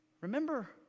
remember